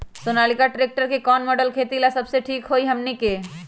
Sonalika tractor के कौन model खेती ला सबसे ठीक होई हमने की?